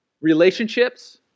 relationships